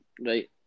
Right